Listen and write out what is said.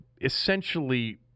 essentially